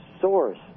source